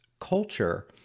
culture